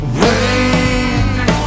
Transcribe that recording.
rain